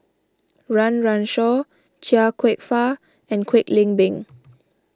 Run Run Shaw Chia Kwek Fah and Kwek Leng Beng